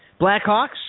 Blackhawks